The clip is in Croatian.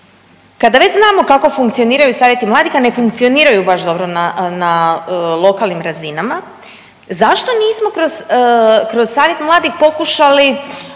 kada već znamo kako funkcioniraju savjeti mladih, a ne funkcioniraju baš dobro na lokalnim razinama zašto nismo kroz Savjet mladih pokušali